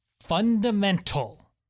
fundamental